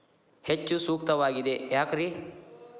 ಹೆಚ್ಚು ಸೂಕ್ತವಾಗಿದೆ ಯಾಕ್ರಿ?